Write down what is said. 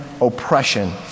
oppression